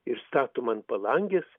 ir statoma ant palangės